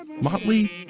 Motley